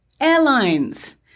Airlines